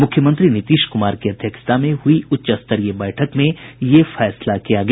मुख्यमंत्री नीतीश कुमार की अध्यक्षता में हुई उच्च स्तरीय बैठक में ये फैसला किया गया